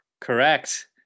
Correct